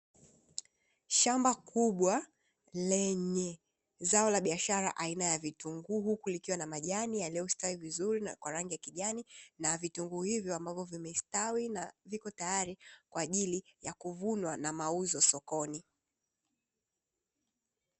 Shamba kubwa lenye zao la biashara aina ya vitunguu, likiwa na majani yaliyostawi vizuri na kwa rangi ya kijani na vitunguu hivyo vilivyo stawi na vipo tayari kwa ajili ya kuvunwa na mauzo sokoni.